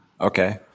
Okay